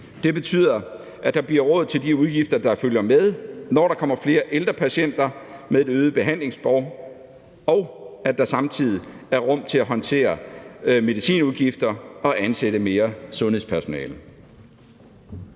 Det betyder, at der bliver råd til de udgifter, der følger med, når der kommer flere ældre patienter med et øget behandlingsbehov, og at der samtidig er rum til at håndtere medicinudgifter og ansætte mere sundhedspersonale.